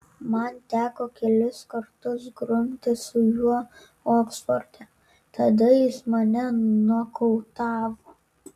man teko kelis kartus grumtis su juo oksforde tada jis mane nokautavo